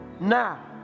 now